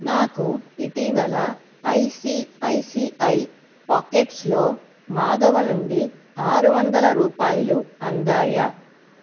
నాకు ఇటీవల ఐసిఐసిఐ పాకెట్స్లో మాధవ నుండి ఆరు వందల రూపాయలు అందాయా